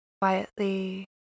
Quietly